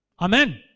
Amen